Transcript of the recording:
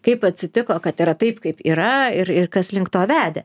kaip atsitiko kad yra taip kaip yra ir ir kas link to vedė